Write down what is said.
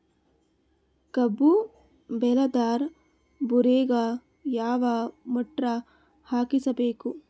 ಕಬ್ಬು ಬೇಳದರ್ ಬೋರಿಗ ಯಾವ ಮೋಟ್ರ ಹಾಕಿಸಬೇಕು?